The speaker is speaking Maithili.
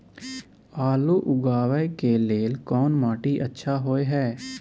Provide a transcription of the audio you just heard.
आलू उगाबै के लेल कोन माटी अच्छा होय है?